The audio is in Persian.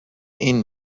این